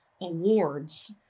awards